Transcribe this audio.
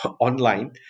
online